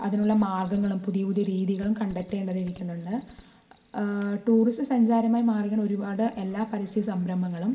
അതിനുള്ള മാർഗ്ഗങ്ങളും പുതിയ പുതിയ രീതികളും കണ്ടത്തേണ്ടതായി ഇരിക്കുന്നുണ്ട് ടൂറിസ്റ്റ് സഞ്ചാരമായി മാറിക്കൊണ്ടിരിക്കുന്ന ഒരുപാട് എല്ലാ പരിസ്ഥിതി സംരംഭങ്ങളും